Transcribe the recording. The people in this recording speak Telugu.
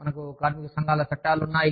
మనకు కార్మిక సంఘాల చట్టాలు ఉన్నాయి